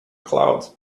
clouds